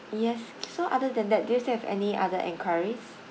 yes so other than that do you still have any other enquiries